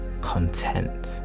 content